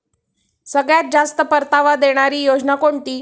सगळ्यात जास्त परतावा देणारी योजना कोणती?